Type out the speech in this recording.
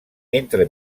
entre